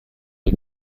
der